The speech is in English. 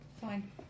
fine